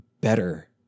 better